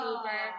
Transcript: Uber